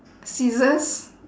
scissors